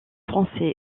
français